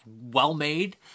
well-made